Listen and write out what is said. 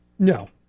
no